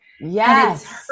Yes